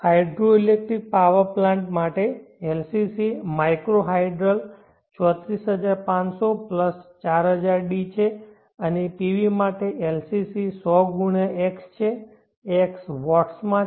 hydro electric plant માટે LCC micro hydel 34500 plus 4000d છે અને PV માટે LCC 100 ગુણ્યાં x છે x વોટ્સમાં છે